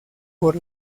por